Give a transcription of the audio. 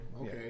Okay